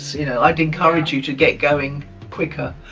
you know, i'd encourage you to get going quicker.